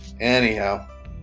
Anyhow